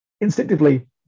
instinctively